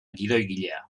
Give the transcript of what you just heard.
gidoigilea